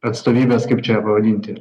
atstovybės kaip čia pavadinti